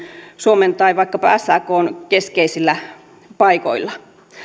suomen kuin vaikkapa sakn keskeisillä paikoilla